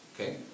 Okay